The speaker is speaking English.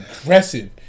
aggressive